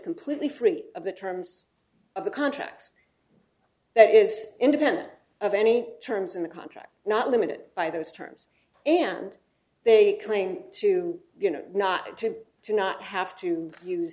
completely free of the terms of the contracts that is independent of any terms in the contract not limited by those terms and they claim to you know not to to not have to use